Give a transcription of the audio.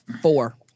Four